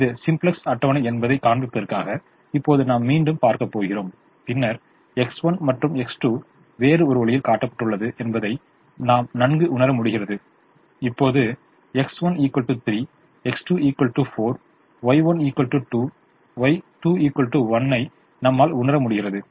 எனவே இது சிம்ப்ளக்ஸ் அட்டவணை என்பதைக் காண்பிப்பதற்காக இப்போது நாம் மீண்டும் பார்க்கப்போகிறோம் பின்னர் X1 மற்றும் X2 வேறு ஒரு வழியில் காட்டப்பட்டுள்ளது என்பதை நாம் நன்கு உணர முடிகிறது இப்போது X1 3 X2 4 Y1 2 Y2 1 ஐ நம்மால் உணர முடிகிறது